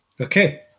Okay